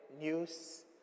news